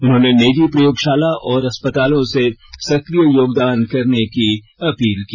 उन्होंने निजी प्रयोगशाला और अस्पतालों से सक्रिय योगदान करने की अपील की